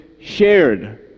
shared